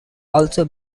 also